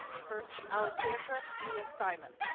first, alexandra leah simon.